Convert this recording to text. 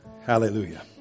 Hallelujah